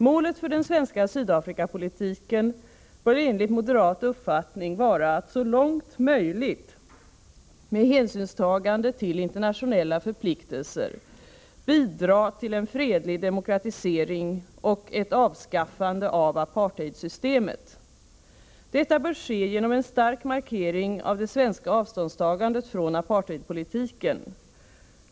Målet för den svenska Sydafrikapolitiken bör enligt moderat uppfattning vara att så långt möjligt, med hänsynstagande till internationella förpliktelser, bidra till en fredlig demokratisering och ett avskaffande av apartheidsystemet. Detta bör ske genom en stark markering av det svenska avståndstagandet från apartheidpolitiken.